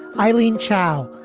eileen chao,